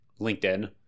LinkedIn